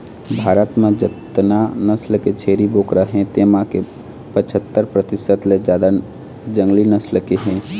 भारत म जतना नसल के छेरी बोकरा हे तेमा के पछत्तर परतिसत ले जादा जंगली नसल के हे